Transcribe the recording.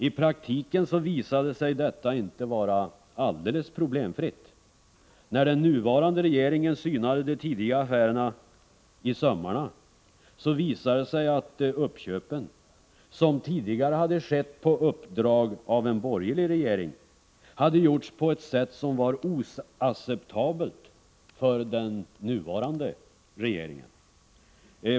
I praktiken visade sig detta inte vara alldeles problemfritt. När den nuvarande regeringen synade de tidigare affärerna i sömmarna, visade det sig att de uppköp som tidigare hade skett på uppdrag av en borgerlig regering hade gjorts på ett sätt som var oacceptabelt för den nuvarande regeringen.